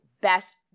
best